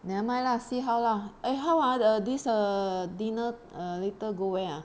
never mind lah see how lah eh how ah the this err dinner later go where ah